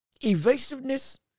evasiveness